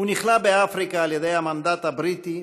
הוא נכלא באפריקה על ידי המנדט הבריטי,